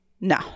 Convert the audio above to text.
No